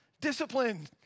Discipline